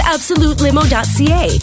AbsoluteLimo.ca